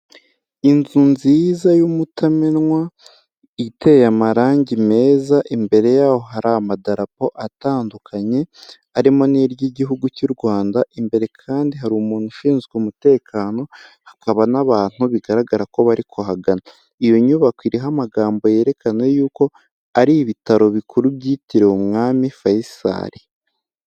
Inzu nziza y'umutamenwa iteye amarangi meza, imbere yayo hari amadarapo atandukanye arimo ni ry'igihugu cy'u rwanda imbere kandi hari umuntu ushinzwe umutekano, hakaba n'abantu bigaragara ko bari kuhagana iyo nyubako iriho amagambo yerekana yuko ari ibitaro bikuru byitiriwe umwami faisal.